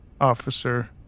officer